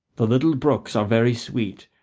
the little brooks are very sweet,